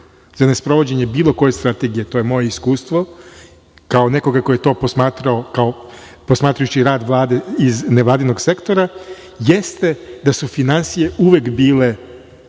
za ne sprovođenje bilo koje strategije, to je moje iskustvo, kao nekoga ko je to posmatrao, posmatrajući rad Vlade iz nevladinog sektora, jeste da su finansije uvek bile